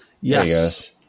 yes